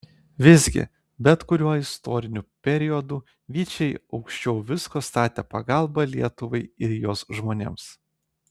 visgi bet kuriuo istoriniu periodu vyčiai aukščiau visko statė pagalbą lietuvai ir jos žmonėms